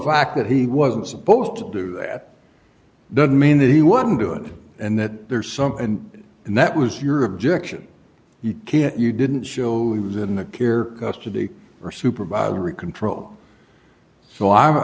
fact that he wasn't supposed to do that doesn't mean that he wouldn't do it and that there are some and and that was your objection you can't you didn't show he was in the care today or supervisory control so i